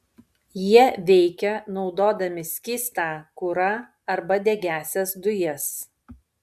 jie veikia naudodami skystą kurą arba degiąsias dujas